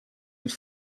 het